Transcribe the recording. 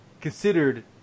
considered